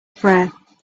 prayer